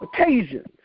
occasions